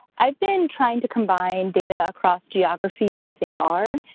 i've been trying to combine data across geographies using r.